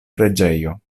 preĝejo